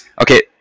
Okay